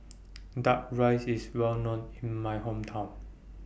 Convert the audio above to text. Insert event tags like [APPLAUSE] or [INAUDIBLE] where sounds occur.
[NOISE] Duck Rice IS Well known in My Hometown